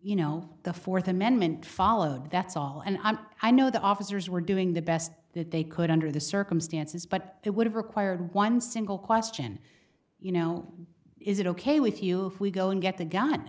you know the fourth amendment followed that's all and i'm i know the officers were doing the best that they could under the circumstances but it would have required one simple question you know is it ok with you if we go and get the gun